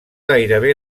gairebé